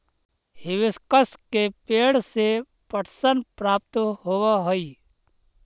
hibiscus के पेंड़ से पटसन प्राप्त होव हई